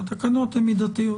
שהתקנות הן מידתיות.